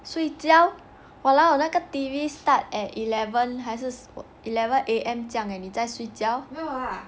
睡觉 !walao! 那个 T_V start at eleven 还是 eleven A_M 这样 eh 你在睡觉